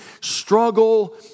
struggle